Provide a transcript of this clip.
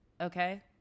okay